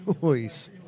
Choice